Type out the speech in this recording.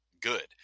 good